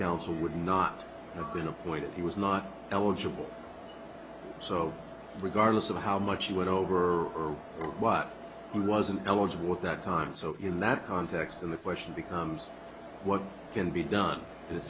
counsel would not have been appointed he was not eligible so regardless of how much he went over what he wasn't eligible at that time so in that context then the question becomes what can be done